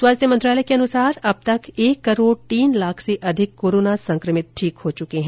स्वास्थ्य मंत्रालय के अनुसार अब तक एक करोड़ तीन लाख से अधिक कोरोना संक्रमित व्यक्ति ठीक हो चुके हैं